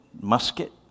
musket